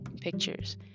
pictures